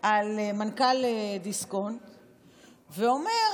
על מנכ"ל דיסקונט ואומר: